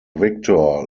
victor